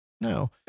no